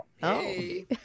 Hey